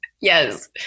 Yes